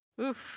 Oof